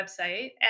website